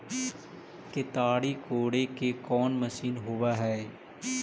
केताड़ी कोड़े के कोन मशीन होब हइ?